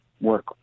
work